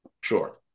Sure